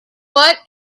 what